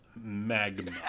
Magma